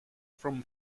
from